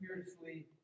spiritually